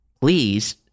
Please